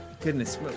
Goodness